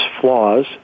flaws